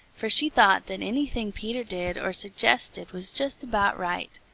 for she thought that anything peter did or suggested was just about right.